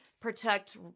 protect